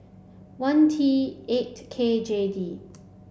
one T eight K J D